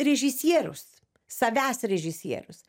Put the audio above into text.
režisierius savęs režisierius